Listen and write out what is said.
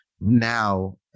now